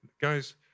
guys